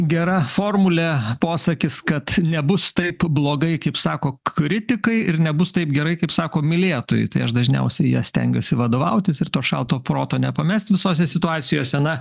gera formulė posakis kad nebus taip blogai kaip sako kritikai ir nebus taip gerai kaip sako mylėtojai tai aš dažniausiai ja stengiuosi vadovautis ir to šalto proto nepamest visose situacijose na